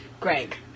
Greg